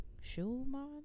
Schumann